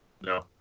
No